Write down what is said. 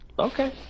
Okay